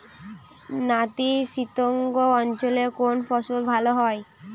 নাতিশীতোষ্ণ অঞ্চলে কোন ফসল ভালো হয়?